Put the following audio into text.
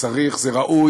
צריך את זה, זה ראוי